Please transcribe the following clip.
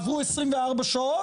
עברו 24 שעות,